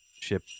ship